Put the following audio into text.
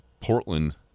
Portland